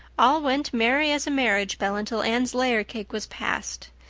all went merry as a marriage bell until anne's layer cake was passed.